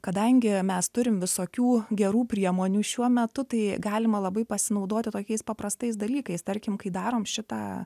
kadangi mes turim visokių gerų priemonių šiuo metu tai galima labai pasinaudoti tokiais paprastais dalykais tarkim kai darom šitą